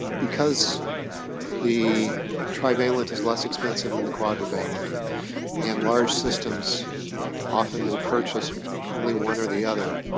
because the trivalent is less expensive than the quadrivalent and large systems often will purchase only one or the other,